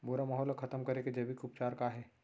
भूरा माहो ला खतम करे के जैविक उपचार का हे?